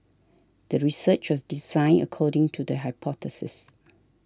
the research was designed according to the hypothesis